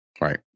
Right